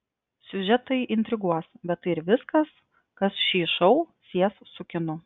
siužetai intriguos bet tai ir viskas kas šį šou sies su kinu